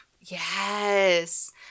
Yes